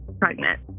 pregnant